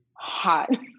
hot